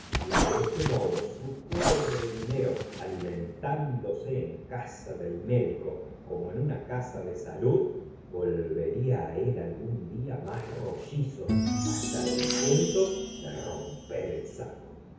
y fi e este modo su pobre dinero alimentándose en asa del médico como en una casa de salud volvela señora de bovary ria á él algún dia más rollizo h sta el punto de romper el saco